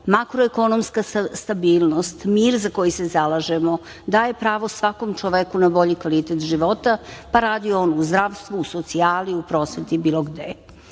makroekonomska stabilnost, mir za koji se zalažemo, daje pravo svakom čoveku na bolji kvalitet života, pa radio on u zdravstvu, socijali u prosveti, bilo